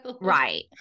Right